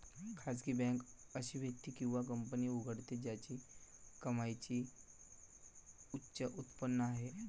खासगी बँक अशी व्यक्ती किंवा कंपनी उघडते ज्याची कमाईची उच्च उत्पन्न आहे